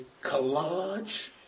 collage